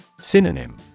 Synonym